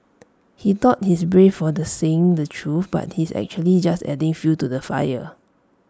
he thought he's brave for the saying the truth but he's actually just adding fuel to the fire